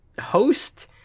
host